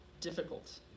difficult